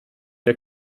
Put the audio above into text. der